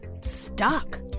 stuck